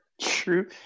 True